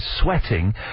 sweating